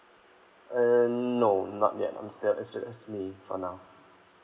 um no not yet I'm still at university for now